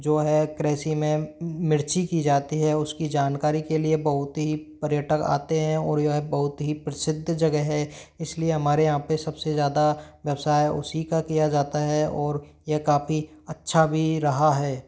जो है कृषि में मिर्ची की जाती है उसकी जानकारी के लिए बहुत ही पर्यटक आते हैं और यह बहुत ही प्रसिद्ध जगह है इसलिए हमारे यहाँ पर सबसे ज़्यादा व्यवसाय उसी का किया जाता है और यह काफ़ी अच्छा भी रहा है